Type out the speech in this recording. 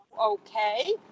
Okay